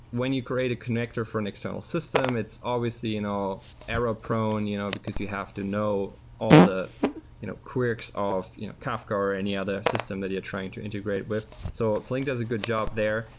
when you create a connector for an external system, it's always you know error-prone you know because you have to know all the you know quirks of kafka or any other system that you're trying to integrate with. so flink does a good job there,